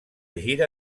gira